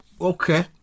Okay